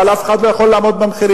אבל אף אחד לא יכול לעמוד במחירים.